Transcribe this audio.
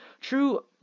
True